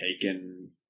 taken